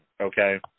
okay